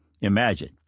Imagine